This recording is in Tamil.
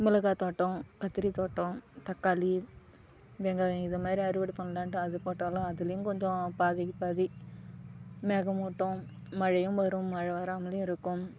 மிளகாய் தோட்டம் கத்திரி தோட்டம் தக்காளி வெங்காயம் இதுமாதிரி அறுவடை பண்ணலான்ட்டு அது போட்டாலும் அதிலையும் கொஞ்சம் பாதிக்கு பாதி மேகமூட்டம் மழையும் வரும் மழைவரா மாதிரியும் இருக்கும்